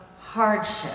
hardship